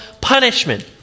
punishment